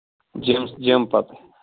gym جِم پَتہٕ